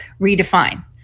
redefine